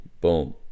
boom